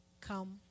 come